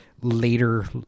later